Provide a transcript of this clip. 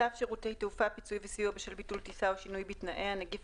צו שירותי תעופה (פיצוי וסיוע בשל ביטול טיסה או שינוי בתנאיה) (נגיף